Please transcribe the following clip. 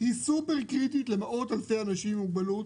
היא סופר קריטית למאות אלפי אנשים עם מוגבלות,